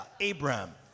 Abraham